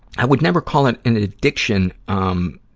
i would never call it and an addiction, um,